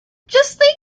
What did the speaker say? just